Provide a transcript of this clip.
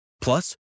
Plus